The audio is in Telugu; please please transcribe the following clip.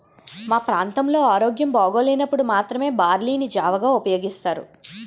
మా ప్రాంతంలో ఆరోగ్యం బాగోలేనప్పుడు మాత్రమే బార్లీ ని జావగా ఉపయోగిస్తారు